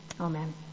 amen